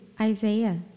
Isaiah